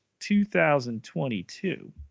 2022